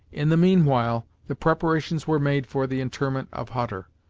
in the mean while the preparations were made for the interment of hutter.